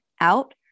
out